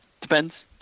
depends